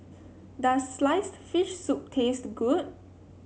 does sliced fish soup taste good